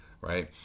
right